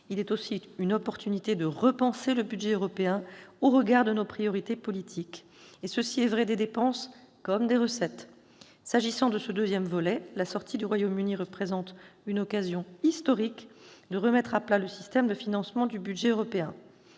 il est aussi une opportunité de repenser le budget européen au regard de nos priorités politiques. Et cela est vrai des dépenses comme des recettes. S'agissant de ce second volet, la sortie du Royaume-Uni représente une occasion historique de remettre à plat le système de financement du budget européen.